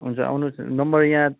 हुन्छ आउनुहोस् नम्बर यहाँ